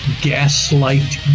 gaslight